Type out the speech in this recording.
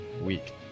week